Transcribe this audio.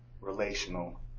relational